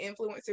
influencers